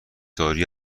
دارویی